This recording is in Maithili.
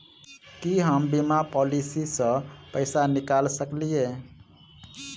की हम बीमा पॉलिसी सऽ पैसा निकाल सकलिये?